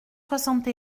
soixante